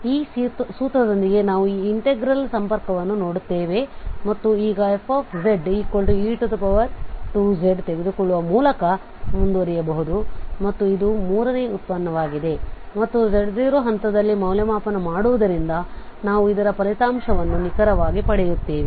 ಆದ್ದರಿಂದ ಈ ಸೂತ್ರದೊಂದಿಗೆ ನಾವು ಈ ಇನ್ಟೆಗ್ರಲ್ ಗೆ ಸಂಪರ್ಕವನ್ನು ನೋಡುತ್ತೇವೆ ಮತ್ತು ಈಗ fze2z ತೆಗೆದುಕೊಳ್ಳುವ ಮೂಲಕ ಮುಂದುವರಿಯಬಹುದು ಮತ್ತು ಇದು ಮೂರನೇ ಉತ್ಪನ್ನವಾಗಿದೆ ಮತ್ತು z0ಹಂತದಲ್ಲಿ ಮೌಲ್ಯಮಾಪನ ಮಾಡುವುದರಿಂದ ನಾವು ಇದರ ಫಲಿತಾಂಶವನ್ನು ನಿಖರವಾಗಿ ಪಡೆಯುತ್ತೇವೆ